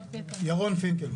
ירון פינקלמן.